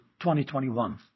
2021